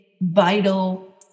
vital